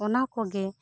ᱚᱱᱟ ᱠᱚᱜᱮ